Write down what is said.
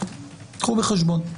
קחו את זה בחשבון.